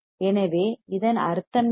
எனவே இதன் அர்த்தம் என்ன